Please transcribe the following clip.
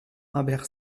humbert